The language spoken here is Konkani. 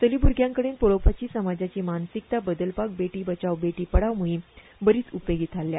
चली भ्रग्यांकडेन पळोवपाची समाजाची मानसिकता बदलपाक बेटी बचाव बेटी पढाव मोहिम बरीच उपेगी थारल्या